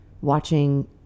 watching